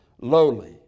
lowly